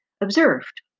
observed